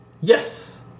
Yes